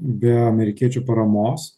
be amerikiečių paramos